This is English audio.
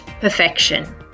perfection